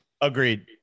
Agreed